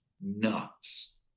Nuts